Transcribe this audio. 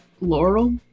Laurel